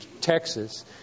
Texas